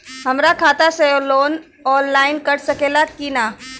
हमरा खाता से लोन ऑनलाइन कट सकले कि न?